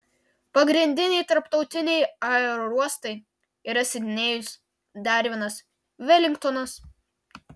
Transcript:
pagrindiniai tarptautiniai aerouostai yra sidnėjus darvinas velingtonas